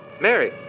Mary